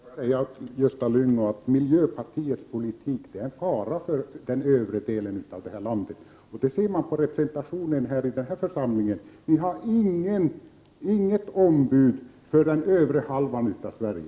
Herr talman! Till Gösta Lyngå vill jag säga att miljöpartiets politik är en fara för övre delen av det här landet. Det ser man på miljöpartiets representation i denna församling. Ni har inget ombud för den övre halvan av Sverige.